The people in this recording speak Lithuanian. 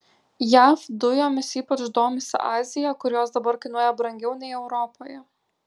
jav dujomis ypač domisi azija kur jos dabar kainuoja brangiau nei europoje